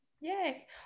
Yay